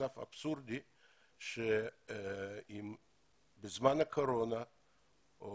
מצב קצת אבסורדי לפיו בזמן הקורונה,